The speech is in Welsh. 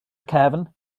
cefn